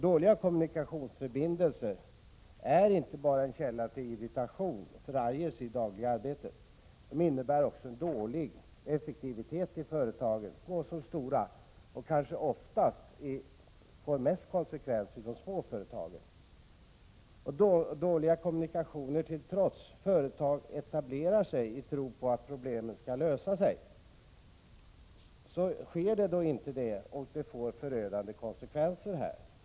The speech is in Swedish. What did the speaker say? Dåliga kommunikationer är inte bara en källa till irritation och förargelse i det dagliga arbetet, utan de innebär också dålig effektivitet i företagen, små som stora — de får kanske mest konsekvenser för de små företagen. Dåliga kommunikationer till trots etablerar sig företag i tro på att problemen skall lösas. Om det inte sker blir konsekvenserna förödande .